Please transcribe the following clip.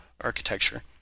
architecture